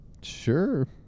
Sure